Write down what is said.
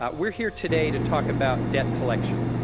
ah we are here today to talk about debt collection.